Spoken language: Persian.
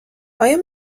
آیا